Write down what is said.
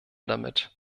damit